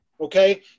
Okay